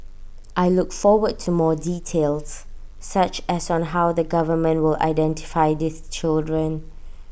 I look forward to more details such as on how the government will identify these children